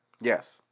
Yes